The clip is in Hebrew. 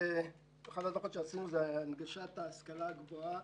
אחד הדוחות שהכנו הוא על הנגשת ההשכלה הגבוהה